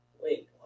Wait